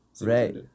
Right